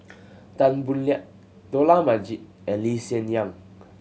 Tan Boo Liat Dollah Majid and Lee Hsien Yang